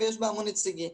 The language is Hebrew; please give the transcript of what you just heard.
ויש בה המון נציגים.